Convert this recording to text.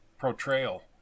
portrayal